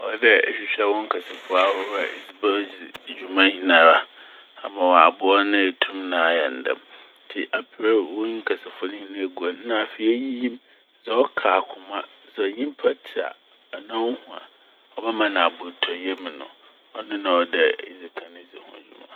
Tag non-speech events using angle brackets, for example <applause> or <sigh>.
<noise> Ɔwɔ dɛ ehwehwɛ wo nkasafua ahorow a edze bedzi dwuma nyinaa ama wɔaboa wo na etum na ayɛ ne dɛm. Ntsi aprɛ wo nkasafua ne nyinaa egu hɔ n' na afei eyiyi mu. Dza ɔka akoma, dza nyimpa tse a anaa ohu a ɔbɛma no abotɔyɛ mu no, ɔno na ɔwɔ dɛ edzikan dzi ho dwuma.